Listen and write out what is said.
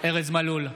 ארז מלול,